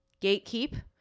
gatekeep